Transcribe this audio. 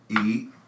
Eat